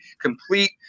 complete